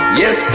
yes